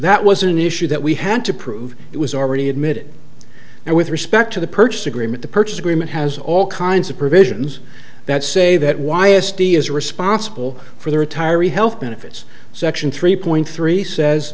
that was an issue that we had to prove it was already admitted and with respect to the purchase agreement the purchase agreement has all kinds of provisions that say that y s d is responsible for the retiring health benefits section three point three says